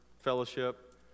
fellowship